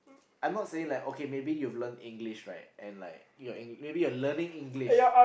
I'm not saying like okay maybe you've learn English right and like maybe you're learning English